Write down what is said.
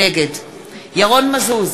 נגד ירון מזוז,